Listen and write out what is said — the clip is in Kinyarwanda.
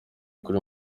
kuri